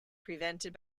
prevented